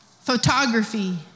photography